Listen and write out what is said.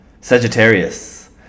Sagittarius